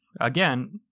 Again